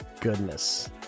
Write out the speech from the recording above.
goodness